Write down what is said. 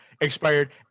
expired